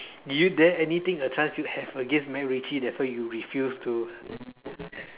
did you do you have anything a chance you have against macritchie that's why you refuse to